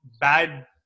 Bad